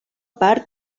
part